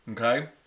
okay